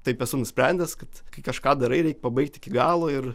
taip esu nusprendęs kad kai kažką darai reik pabaigt iki galo ir